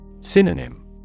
Synonym